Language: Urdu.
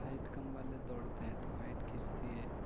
ہائٹ کم والے دوڑتے ہیں تو ہائٹ کھنچتی ہے